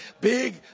Big